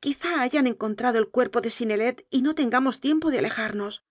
quizá hayan encontrado el cuerpo de synnelet y no tengamos tiempo de alejarnos